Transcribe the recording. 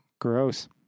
Gross